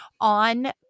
on